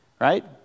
right